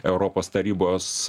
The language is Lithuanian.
europos tarybos